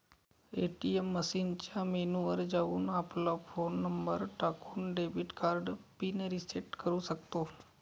ATM मशीनच्या menu वर जाऊन, आपला फोन नंबर टाकून, डेबिट कार्ड पिन रिसेट करू शकतो